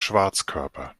schwarzkörper